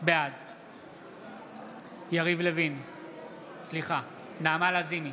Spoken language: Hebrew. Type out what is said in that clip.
בעד נעמה לזימי,